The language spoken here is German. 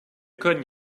können